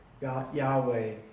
Yahweh